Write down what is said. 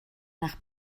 nach